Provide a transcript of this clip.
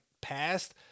passed